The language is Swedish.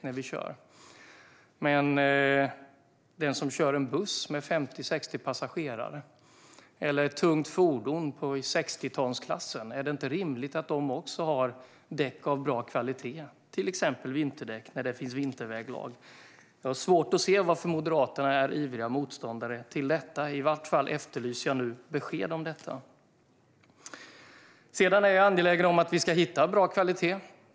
Men är det inte rimligt att den som kör en buss med 50-60 passagerare eller kör ett tungt fordon i 60-tonsklassen har däck av bra kvalitet, till exempel vinterdäck när det är vinterväglag? Jag har svårt att se varför Moderaterna är ivriga motståndare till detta. Jag efterlyser nu besked. Jag är angelägen om att vi ska få fram bra kvalitet.